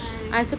!hais!